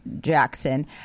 Jackson